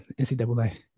ncaa